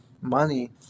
money